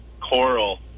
coral